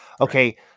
Okay